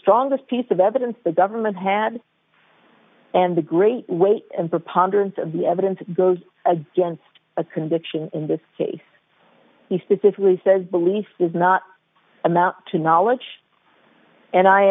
strongest piece of evidence the government had and the great weight of preponderance of the evidence goes against a conviction in this case he specifically says belief does not amount to knowledge and i